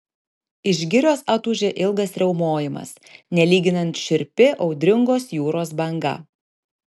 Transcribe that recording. iš girios atūžė ilgas riaumojimas nelyginant šiurpi audringos jūros banga